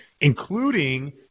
including